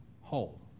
whole